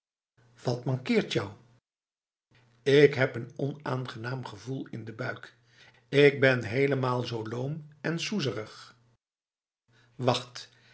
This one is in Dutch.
wat mankeert jou ik heb n onaangenaam gevoel in de buik ik ben helemaal zo loom en soezerig wacht